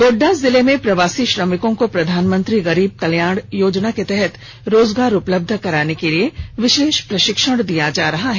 गोड्डा जिले में प्रवासी श्रमिकों को प्रधानमंत्री गरीब कल्याण योजना के तहत रोजगार उपलब्ध कराने के लिए विशेष प्रशिक्षण दिया जा रहा है